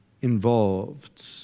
Involved